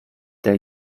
der